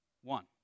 One